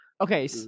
Okay